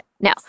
no